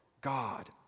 God